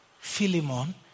Philemon